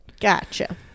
Gotcha